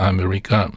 America